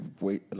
wait